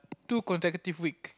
two consecutive week